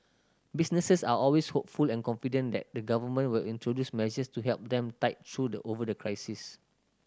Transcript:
businesses are always hopeful and confident that the Government will introduce measures to help them tide through the over the crisis